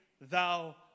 thou